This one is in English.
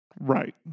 Right